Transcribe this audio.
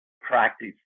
practice